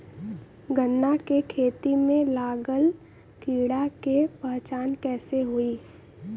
गन्ना के खेती में लागल कीड़ा के पहचान कैसे होयी?